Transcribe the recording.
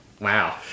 Wow